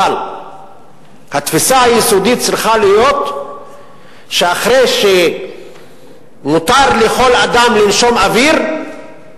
אבל התפיסה היסודית צריכה להיות שאחרי שמותר לכל אדם לנשום אוויר,